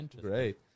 Great